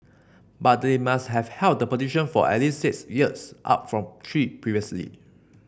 but they must have held the position for at least six years up from three previously